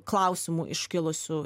klausimų iškilusių